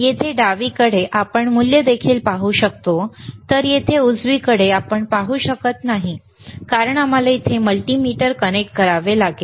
येथे डावीकडे आपण मूल्य देखील पाहू शकतो तर येथे उजवीकडे आपण पाहू शकत नाही कारण आम्हाला येथे मल्टीमीटर कनेक्ट करावे लागेल